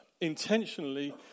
Intentionally